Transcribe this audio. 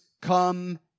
come